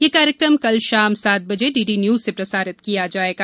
यह कार्यक्रम कल शाम सात बजे डीडी न्यूज से प्रसारित किया जाएगा